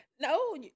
No